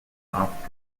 off